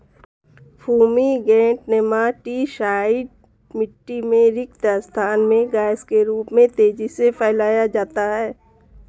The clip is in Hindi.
फूमीगेंट नेमाटीसाइड मिटटी में रिक्त स्थान में गैस के रूप में तेजी से फैलाया जाता है